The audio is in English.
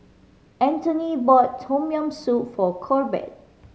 Antony bought Tom Yam Soup for Corbett